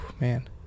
man